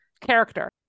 character